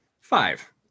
Five